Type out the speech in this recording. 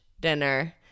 dinner